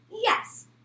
yes